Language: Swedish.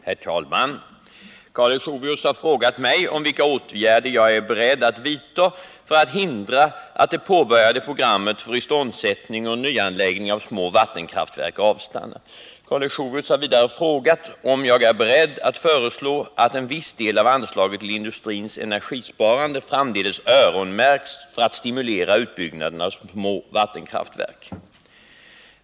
Herr talman! Karl Leuchovius har frågat mig om vilka åtgärder jag är beredd att vidta för att hindra att det påbörjade programmet för iståndsättning och nyanläggning av små vattenkraftverk avstannar. Karl Leuchovius har vidare frågat om jag är beredd att föreslå att en viss del av anslaget till industrins sparande framdeles ”öronmärks” för att stimulera utbyggnaden av små vattenkraftverk.